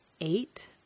eight